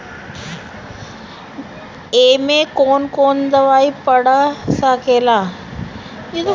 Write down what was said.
ए में कौन कौन दवाई पढ़ सके ला?